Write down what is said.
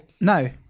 No